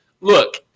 look